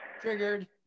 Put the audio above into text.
Triggered